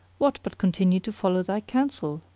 what but continue to follow thy counsel,